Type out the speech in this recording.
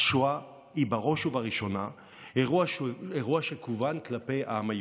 השואה היא בראש ובראשונה אירוע שכוון כלפי העם היהודי.